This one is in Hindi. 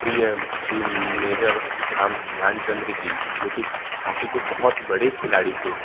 प्रिय श्री मेजर धाम ध्यानचंद्र जी जो कि हॉकी के बहुत बड़े खेलाड़ी थे